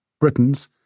Britons